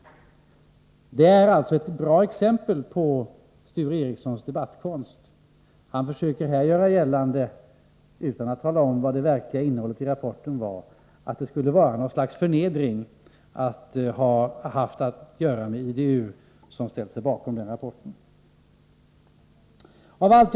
Det här är ett bra exempel på Sture Ericsons debattkonst. Utan att tala om rapportens verkliga innehåll försöker Sture Ericson göra gällande att det skulle på något sätt vara förnedrande att ha haft att göra med IDU, som har ställt sig bakom rapporten i fråga.